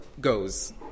goes